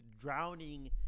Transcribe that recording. drowning